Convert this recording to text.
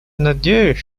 надеюсь